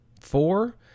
Four